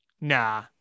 Nah